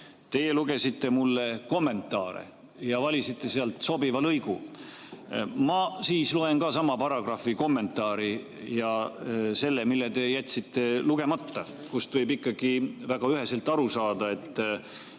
Teie lugesite mulle kommentaare ja valisite sealt sobiva lõigu. Ma siis loen ka sama paragrahvi kommentaari ja selle, mille te jätsite lugemata, kust võib ikkagi väga üheselt aru saada, et